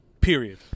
Period